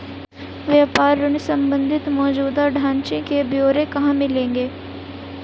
व्यापार ऋण संबंधी मौजूदा ढांचे के ब्यौरे कहाँ मिलेंगे?